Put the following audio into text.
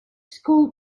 school